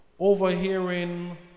Overhearing